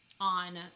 on